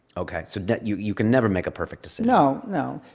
okay, so you you can never make a perfect decision. no, no.